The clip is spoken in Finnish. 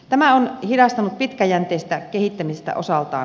tämä on hidastanut pitkäjänteistä kehittämistä osaltaan